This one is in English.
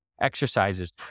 exercises